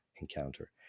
encounter